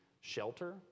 shelter